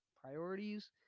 priorities